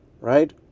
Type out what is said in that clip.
right